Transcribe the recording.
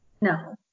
no